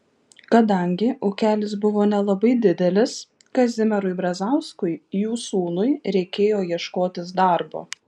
kadangi ūkelis buvo nelabai didelis kazimierui brazauskui jų sūnui reikėjo ieškotis darbo